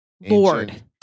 Lord